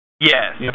Yes